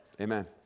Amen